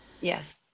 yes